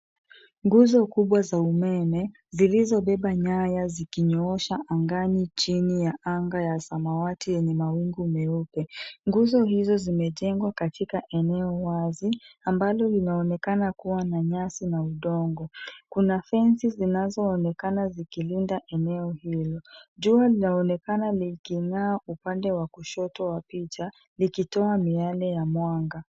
Nguzo kubwa za umeme zilizobeba nyaya zikinyoosha angani chini ya anga ya samawati yenye mawingu meupe. Nguzo hizo zimejengwa katika eneo wazi ambalo linaonekana kuwa na nyasi na udongo. Kuna fensi zinazoonekana zikilinda eneo hilo. Jua linaonekana liking'aa upande wa kushoto wa picha, likitoa miale ya mwanga.